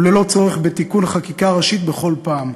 וללא צורך בתיקון חקיקה ראשית בכל פעם.